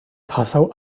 passau